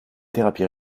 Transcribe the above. thérapie